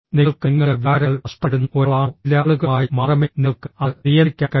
നിങ്ങൾക്ക് നിങ്ങളുടെ വികാരങ്ങൾ നഷ്ടപ്പെടുന്ന ഒരാളാണോ ചില ആളുകളുമായി മാത്രമേ നിങ്ങൾക്ക് അത് നിയന്ത്രിക്കാൻ കഴിയൂ